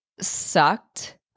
sucked